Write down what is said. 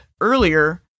earlier